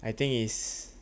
I think it's